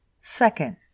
Second